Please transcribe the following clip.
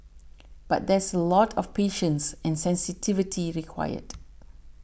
but there's a lot of patience and sensitivity required